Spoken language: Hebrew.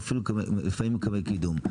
הוא אפילו לפעמים מקבל קידום.